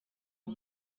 uwo